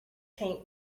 paint